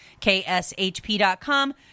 kshp.com